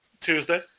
Tuesday